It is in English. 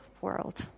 world